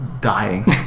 dying